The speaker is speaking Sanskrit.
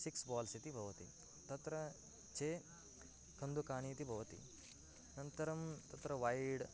सिक्स् बोल्स् इति भवति तत्र च कन्दुकानि इति भवन्ति अनन्तरं तत्र वैड्